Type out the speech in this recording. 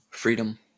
Freedom